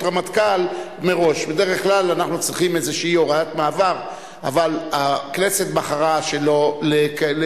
טוב, שלא נעשה טעויות שאחר כך נגיד: למה לא עשינו?